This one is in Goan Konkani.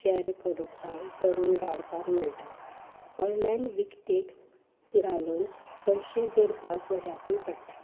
शॅअर करपाक करून धाडपाक मेळटा ऑनलायन विकतेक घालून पयशे जोडपाक बऱ्याकूय पडटा